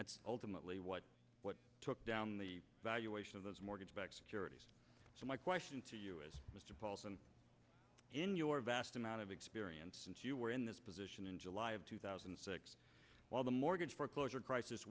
that's ultimately what took down the valuation of those mortgage backed securities so my question to you is mr paulson in your vast amount of experience since you were in this position in july of two thousand and six while the mortgage foreclosure crisis